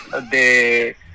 de